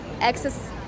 access